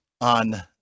on